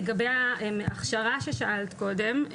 לגבי ההכשרה ששאלת קודם,